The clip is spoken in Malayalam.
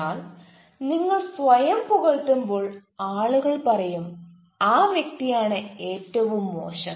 എന്നാൽ നിങ്ങൾ സ്വയം പുകഴ്ത്തുമ്പോൾ ആളുകൾ പറയും ആ വ്യക്തിയാണ് ഏറ്റവും മോശം